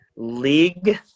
League